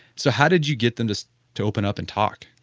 so how did you get them to so to open up and talk?